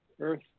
Earth